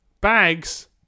Bags